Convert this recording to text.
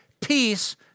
peace